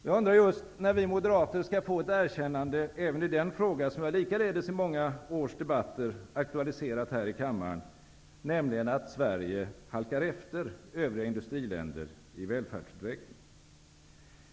Jag undrar just när vi moderater skall få ett erkännande även i den fråga som jag likaledes i många års debatter aktualiserat här i kammaren, nämligen att Sverige halkar efter övriga industriländer i välfärdsutveckling.